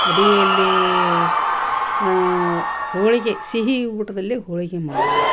ಅಡಿಗೆಯಲ್ಲೀ ಹೋಳಿಗೆ ಸಿಹಿ ಊಟದಲ್ಲಿ ಹೋಳಿಗೆ ಮಾಡೋದು